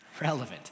relevant